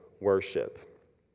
worship